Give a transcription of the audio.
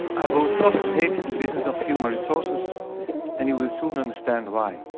i both love and hate the business of human resources and you will soon understand why.